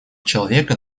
человека